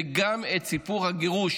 וגם את סיפור הגירוש,